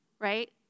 Right